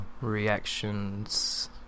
reactions